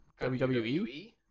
wwe